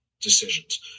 decisions